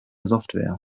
software